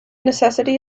necessity